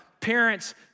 parents